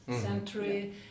century